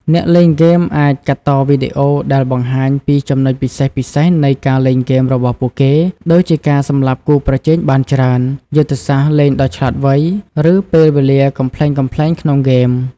អ្នកលេងហ្គេមអាចកាត់តវីដេអូដែលបង្ហាញពីចំណុចពិសេសៗនៃការលេងរបស់ពួកគេ ដូចជាការសម្លាប់គូប្រជែងបានច្រើន យុទ្ធសាស្ត្រលេងដ៏ឆ្លាតវៃ ឬពេលវេលាកំប្លែងៗក្នុងហ្គេម។